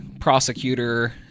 prosecutor